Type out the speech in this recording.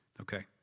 Okay